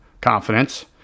confidence